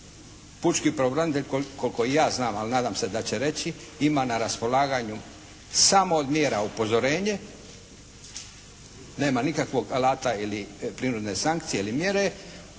Pučki pravobranitelj koliko ja znam, ali nadam se da će reći, ima na raspolaganju samo od mjera upozorenje, nema nikakvog alata ili prinudne sankcije ili mjere.